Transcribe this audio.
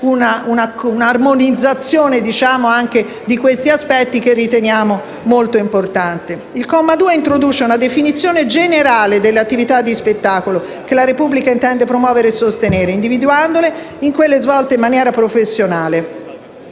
una armonizzazione di questi aspetti che riteniamo fondamentali. Il comma 2 introduce una definizione generale delle attività di spettacolo che la Repubblica intende promuovere e sostenere, individuandole in quelle svolte in maniera professionale